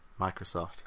Microsoft